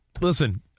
listen